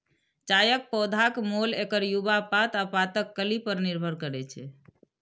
चायक पौधाक मोल एकर युवा पात आ पातक कली पर निर्भर करै छै